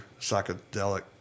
psychedelic